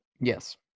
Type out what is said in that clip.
Yes